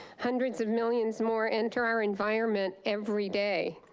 hundreds of millions more enter our environment everyday,